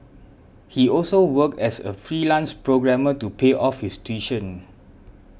he also worked as a freelance programmer to pay off his tuition